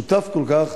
שותף כל כך,